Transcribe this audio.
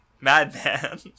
madman